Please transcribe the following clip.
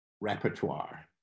repertoire